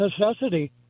necessity